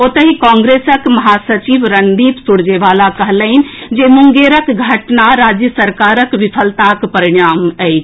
ओतहि कांग्रेसक महासचिव रणदीप सुरजेवाला कहलनि जे मुंगेरक घटना राज्य सरकार विफलताक परिणाम अछि